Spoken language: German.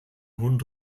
hund